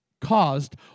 caused